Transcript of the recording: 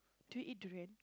do you eat durian